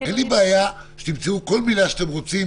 אין לי בעיה שתימצאו כל מילה שאתם רוצים,